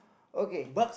okay